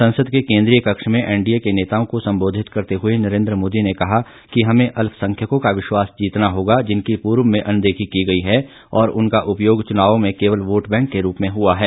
संसद के केंद्रीय कक्ष में एनडीए के नेताओं को संबोधित करते हुए नरेंद्र मोदी ने कहा कि हमें अल्पसंख्यकों विश्वास जीतना होगा जिनकी पूर्व में अनदेखी की गई है और उनका उपयोग चुनाव में केवल वोट बैंक के रूप में हुआ है